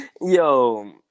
Yo